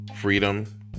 freedom